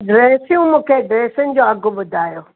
ड्रेसियूं मूंखे ड्रेसियुनि जो अघु ॿुधायो